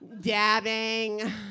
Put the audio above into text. dabbing